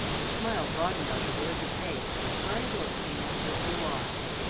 the smile broadened on her rosy face and a kind look came into her blue eyes.